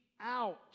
out